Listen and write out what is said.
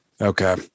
Okay